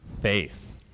faith